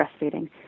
breastfeeding